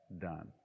done